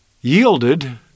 yielded